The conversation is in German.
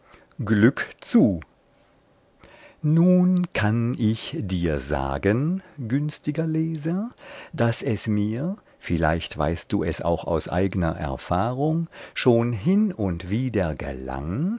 glück zu nun kann ich dir sagen günstiger leser daß es mir vielleicht weißt du es auch aus eigner erfahrung schon hin und wieder gelang